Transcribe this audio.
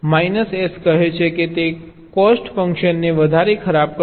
minus S કહે છે કે તે કોસ્ટ ફંક્શનને વધારે ખરાબ કરશે